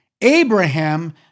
Abraham